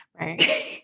Right